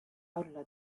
olla